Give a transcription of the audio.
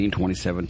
2017